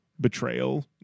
betrayal